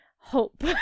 hope